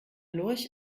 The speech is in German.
lurch